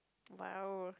!wow!